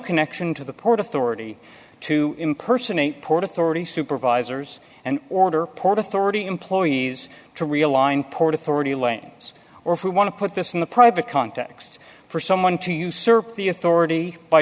connection to the port authority to impersonate port authority supervisors and order port authority employees to realign port authority lanes or if we want to put this in the private context for someone to usurp the authority by